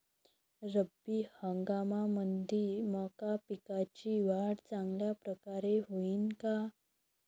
रब्बी हंगामामंदी मका पिकाची वाढ चांगल्या परकारे होईन का?